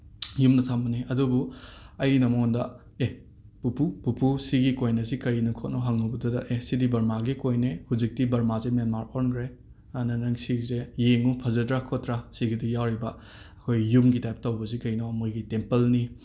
ꯌꯨꯝꯗ ꯊꯝꯕꯅꯤ ꯑꯗꯨꯕꯨ ꯑꯩꯅ ꯃꯉꯣꯟꯗ ꯑꯦ ꯄꯨꯄꯨ ꯄꯨꯄꯨ ꯁꯤꯒꯤ ꯀꯣꯏꯟ ꯑꯁꯤ ꯀꯔꯤꯅꯣ ꯈꯣꯠꯅꯣ ꯍꯪꯉꯨꯕꯗꯨꯗ ꯑꯦ ꯁꯤꯗꯤ ꯕꯔꯃꯥꯒꯤ ꯀꯣꯏꯟꯅꯦ ꯍꯧꯖꯤꯛꯇꯤ ꯕꯔꯃꯥꯁꯦ ꯃꯦꯟꯃꯥꯔ ꯑꯣꯟꯈ꯭ꯔꯦ ꯑꯗꯨꯅ ꯅꯪ ꯁꯤꯒꯤꯁꯦ ꯌꯦꯡꯉꯨ ꯐꯖꯗ꯭ꯔꯥ ꯈꯣꯠꯇ꯭ꯔꯥ ꯁꯤꯒꯤꯗ ꯌꯥꯎꯔꯤꯕ ꯑꯩꯈꯣꯏ ꯌꯨꯝꯒꯤ ꯇꯥꯏꯞ ꯇꯧꯕꯁꯤ ꯀꯩꯅꯣ ꯃꯣꯏꯒꯤ ꯇꯦꯝꯄꯜꯅꯤ